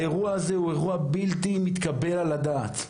האירוע הזה הוא אירוע בלתי מתקבל על הדעת.